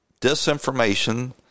disinformation